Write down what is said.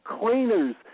cleaners